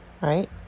right